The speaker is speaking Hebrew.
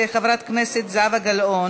חובת גילוי של מסחר בניירות ערך לחבר